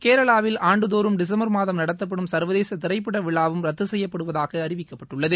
கேரளாவில் ஆண்டுதோறும் டிசம்பர் மாதம் நடத்தப்படும் சர்வதேச திரைப்பட விழாவும் ரத்து செய்யப்படுவதாக அறிவிக்கப்பட்டுள்ளது